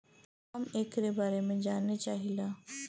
हम एकरे बारे मे जाने चाहीला?